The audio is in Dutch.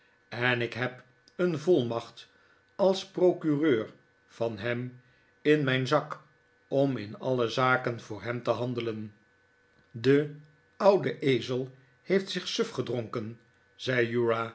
en ik heb een volmacht als procureur van hem in mijn zak om in alle zaken voor hem te handelen de oude ezel heeft zich suf gedronken